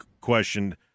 questioned